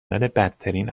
بدترین